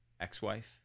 ex-wife